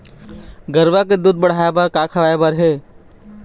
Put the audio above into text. गरवा के दूध बढ़ाये बर का खवाए बर हे?